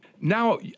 now